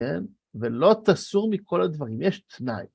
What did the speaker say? כן? ולא תסור מכל הדברים, יש תנאי.